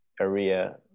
area